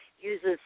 uses